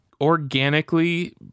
organically